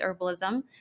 herbalism